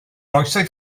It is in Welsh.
oesoedd